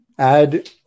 Add